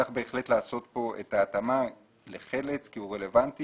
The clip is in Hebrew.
צריך בהחלט לעשות כאן את ההתאמה לחלץ כי הוא רלוונטי